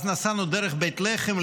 אז נסענו דרך בית לחם,